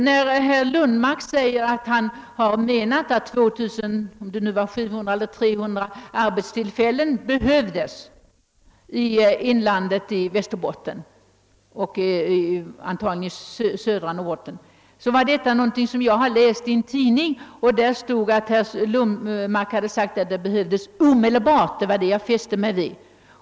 Herr Lundmark upprepade att 2300 arbetstillfällen behövdes i Västerbottens inland och antagligen i södra Norrbotten. Jag har läst detta i en tidning, och det stod, att herr Lundmark hade sagt, att dessa arbetstillfällen behövdes omedelbart. Det var detta jag fäste mig vid.